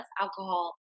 alcohol